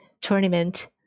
tournament